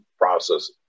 process